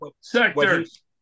Sectors